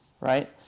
right